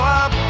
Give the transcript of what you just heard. up